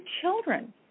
children